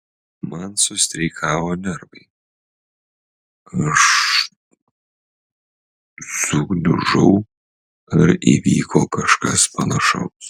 man sustreikavo nervai aš sugniužau ar įvyko kažkas panašaus